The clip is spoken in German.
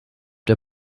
der